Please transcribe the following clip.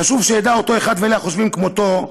חשוב שידע אותו אחד, ואלה החושבים כמותו,